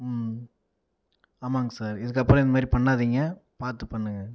ஆமாங்க சார் இதுக்கப்புறம் இது மாதிரி பண்ணாதீங்க பார்த்து பண்ணுங்க